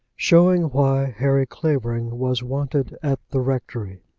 showing why harry clavering was wanted at the rectory.